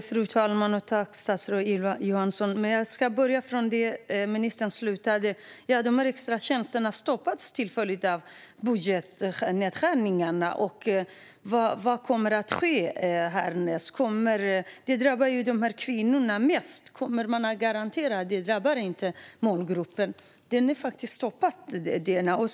Fru talman! Tack, statsrådet Ylva Johansson! Jag ska börja där ministern slutade. Extratjänsterna har stoppats tillfälligt av budgetnedskärningarna. Vad kommer att ske härnäst? Det drabbar kvinnorna mest. Kommer man att garantera att målgruppen inte drabbas?